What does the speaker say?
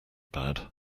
bad